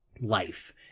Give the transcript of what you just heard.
life